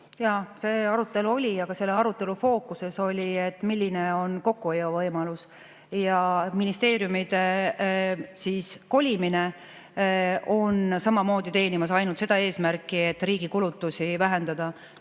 see arutelu oli, aga selle arutelu fookuses oli, milline on kokkuhoiuvõimalus. Ja ministeeriumide kolimine on samamoodi teenimas ainult seda eesmärki, et riigi kulutusi vähendada.